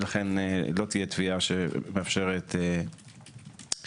לכן לא תהיה תביעה שמאפשרת פנייה